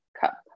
cup